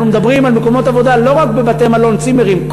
אנחנו מדברים על מקומות עבודה לא רק בבתי-מלון וצימרים,